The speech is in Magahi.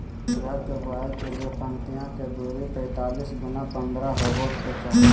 ज्वार के बुआई के लिए पंक्तिया के दूरी पैतालीस गुना पन्द्रह हॉवे के चाही